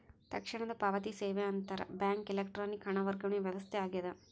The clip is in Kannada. ತಕ್ಷಣದ ಪಾವತಿ ಸೇವೆ ಅಂತರ್ ಬ್ಯಾಂಕ್ ಎಲೆಕ್ಟ್ರಾನಿಕ್ ಹಣ ವರ್ಗಾವಣೆ ವ್ಯವಸ್ಥೆ ಆಗ್ಯದ